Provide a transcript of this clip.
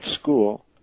school